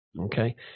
Okay